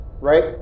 right